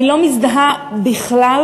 אני לא מזדהה בכלל